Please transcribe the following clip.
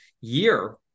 year